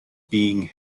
being